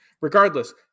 regardless